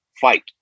Fight